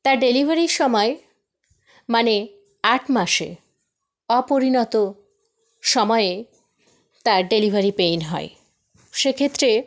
তা ডেলিভারির সময় মানে আট মাসে অপরিণত সময়ে তার ডেলিভারি পেইন হয় সেক্ষেত্রে